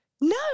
No